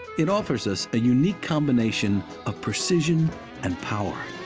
it offers us a unique combination of precision and power,